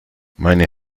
meine